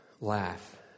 Laugh